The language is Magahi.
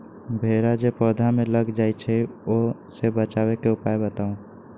भेरा जे पौधा में लग जाइछई ओ से बचाबे के उपाय बताऊँ?